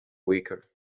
weaker